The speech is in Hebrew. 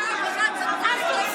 כן, אין לאף אחד סמכות לבדוק חבר כנסת.